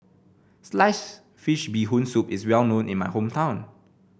slice fish Bee Hoon Soup is well known in my hometown